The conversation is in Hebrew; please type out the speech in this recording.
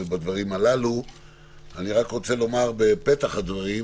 אני רוצה לומר בפתח הדברים